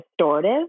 restorative